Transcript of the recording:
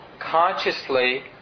consciously